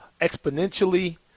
exponentially